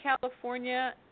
California